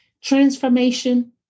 transformation